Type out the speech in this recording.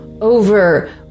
over